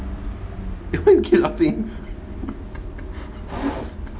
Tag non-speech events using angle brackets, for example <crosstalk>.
<laughs> why you keep laughing